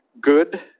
good